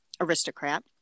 aristocrat